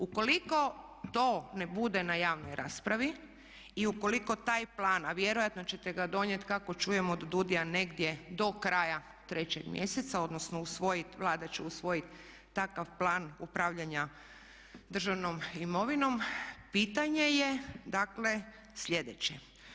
Ukoliko to ne bude na javnoj raspravi i ukoliko taj plan, a vjerojatno ćete ga donijeti kako čujem od DUDI-a do kraja 3. mjeseca odnosno usvojiti, Vlada će usvojiti takav plan upravljanja državnom imovinom, pitanje je dakle sljedeće.